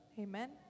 Amen